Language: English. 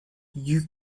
you